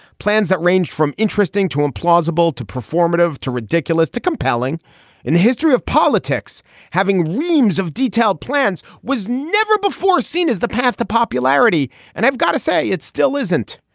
plans that ranged from interesting to implausible, to performative, to ridiculous to compelling in the history of politics having reams of detailed plans was never before seen as the path to popularity. and i've got to say, it still isn't.